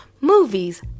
movies